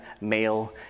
male